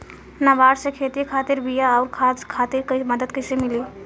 नाबार्ड से खेती खातिर बीया आउर खाद खातिर मदद कइसे मिली?